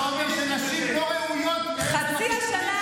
את מבינה,